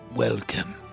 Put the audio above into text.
Welcome